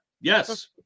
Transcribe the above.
Yes